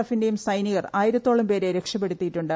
എഫിന്റെയും സൈനികർ ആയിരത്തോ്ളം പേരെ രക്ഷപ്പെടുത്തിയിട്ടുണ്ട്